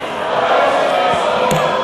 מה זה היסטוריה.